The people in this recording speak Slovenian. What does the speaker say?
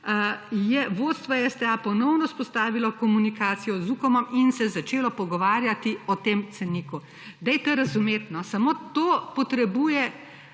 vodstvo STA ponovno vzpostavilo komunikacijo z Ukomom in se začelo pogovarjati o tem ceniku. Dajte razumeti. Samo to potrebuje,